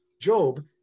Job